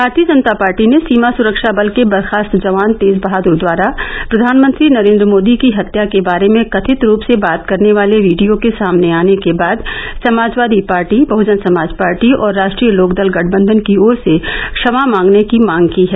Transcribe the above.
भारतीय जनता पार्टी ने सीमा सुरक्षा बल के बर्खास्त जवान तेज बहादुर द्वारा प्रधानमंत्री नरेन्द्र मोदी की हत्या के बारे में कथित रूप से बात करने वाले वीडियो के सामने आने के बाद समाजवादी पार्टी बहुजन समाज पार्टी और राष्ट्रीय लोकदल गठबंधन की ओर से क्षमा मांगने की मांग की है